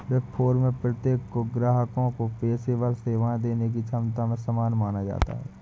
big four में प्रत्येक को ग्राहकों को पेशेवर सेवाएं देने की क्षमता में समान माना जाता है